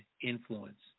influence